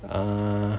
err